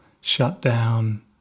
shut-down